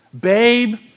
Babe